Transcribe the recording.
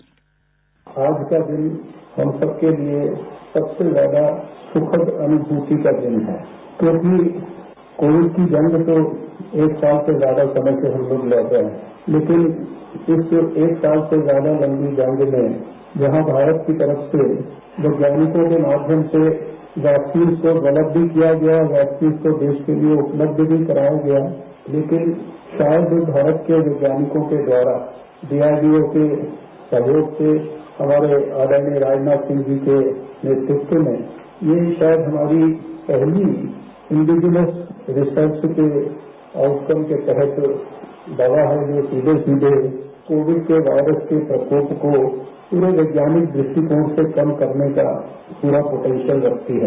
sound bite आज का दिन हम सबके लिए सबसे ज्यादा सुखद अनुभूति का दिन है क्योंकि कोविड की जंग को एक साल से ज्यादा समय से हम सब लड रहे हैं लेकिन इस एक साल से ज्यादा लंबी जंग में जहां भारत की तरफ से वैज्ञानिकों के माध्यम से वैक्सीन्स को डेवलेप भी किया गया और वैक्सीन्स को देश के लिए उपलब्ध मी कराया गया लेकिन शायद भारत के वैज्ञानिकों के द्वारा डीआरडीओ के सहयोग से और आदरणीय राजनाथ सिंह जी के नेतृत्व में ये शायद हमारी पहली इंडियिज़ुअल रिसर्च के तहत दया है जो सीधे सीधे कोविड के वायरस के प्रकोप को पूरे वैज्ञानिक द्रष्टिकोण से कम करने का पूरा पोटेन्शियल रखती है